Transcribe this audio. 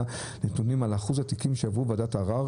נתונים על שיעור התיקים שעברו בוועדת ערר,